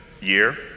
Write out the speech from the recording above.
year